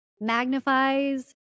magnifies